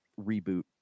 reboot